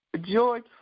George